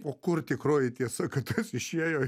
o kur tikroji tiesa kad tas išėjo